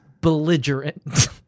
belligerent